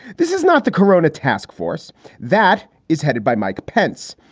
this is not the corona task force that is headed by mike pence.